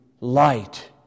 light